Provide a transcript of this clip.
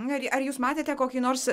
gerai ar jūs matėte kokį nors